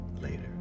later